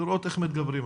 ולראות איך מתגברים עליה.